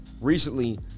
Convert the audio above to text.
recently